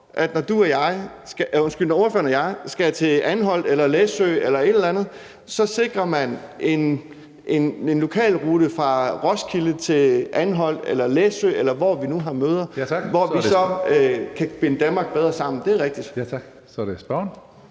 de sørger jo bl.a. for, at når spørgeren og jeg skal til Anholt eller Læsø eller et eller andet, sikrer man en lokalrute fra Roskilde til Anholt eller Læsø, eller hvor vi nu har møder, så vi kan binde Danmark bedre sammen. Det er rigtigt.